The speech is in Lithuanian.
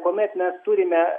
kuomet mes turime